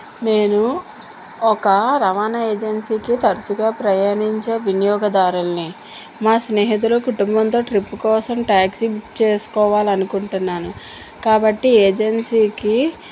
నేను ఒక రవాణా ఏజెన్సీకి తరచుగా ప్రయాణించే వినియోగదారుల్ని మా స్నేహితులు కుటుంబంతో ట్రిప్పు కోసం ట్యాక్సీ బుక్ చేసుకోవాలనుకుంటున్నాను కాబట్టి ఏజెన్సీకి